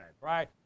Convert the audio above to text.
right